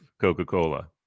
Coca-Cola